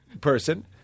person